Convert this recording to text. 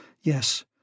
Yes